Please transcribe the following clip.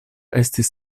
estis